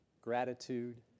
gratitude